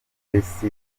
jesse